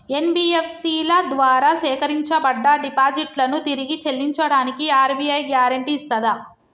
NBFC ల ద్వారా సేకరించబడ్డ డిపాజిట్లను తిరిగి చెల్లించడానికి ఆర్.బి.ఐ గ్యారెంటీ ఇస్తదా?